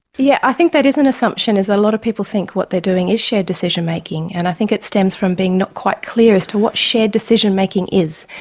yeah i think that is an assumption, a ah lot of people think what they're doing is shared decision making, and i think it stems from being not quite clear as to what shared decision making is.